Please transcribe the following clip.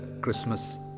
Christmas